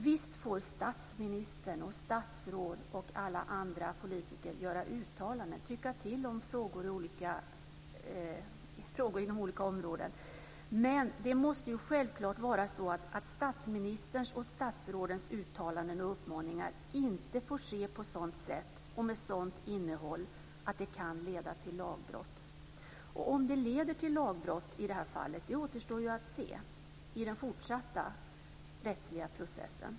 Visst får statsministern, statsråd och alla andra politiker göra uttalanden och tycka till om frågor inom olika områden, men det måste självklart vara så att statsministerns och statsrådens uttalanden och uppmaningar inte får ske på sådant sätt och ha sådant innehåll att det kan leda till lagbrott. Om det leder till lagbrott i detta fall återstår att se i den fortsatta rättsliga processen.